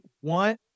one